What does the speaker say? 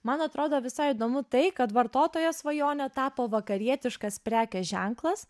man atrodo visai įdomu tai kad vartotojo svajone tapo vakarietiškas prekės ženklas